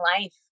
life